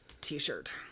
T-shirt